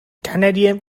canadian